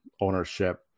ownership